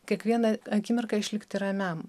kiekvieną akimirką išlikti ramiam